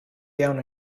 down